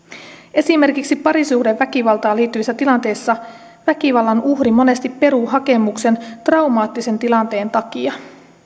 esimerkiksi parisuhdeväkivaltaan liittyvissä tilanteissa väkivallan uhri monesti peruu hakemuksen traumaattisen tilanteen takia